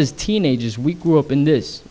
as teenagers we grew up in this